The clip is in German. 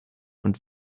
und